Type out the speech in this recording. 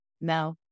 No